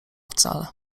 wcale